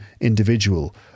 individual